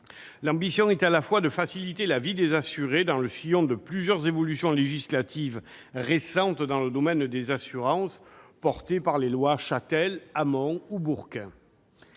L'ambition est à la fois de faciliter la vie des assurés, dans le sillon de plusieurs évolutions législatives récentes dans le domaine des assurances portées par les lois Chatel, Hamon ou Bourquin,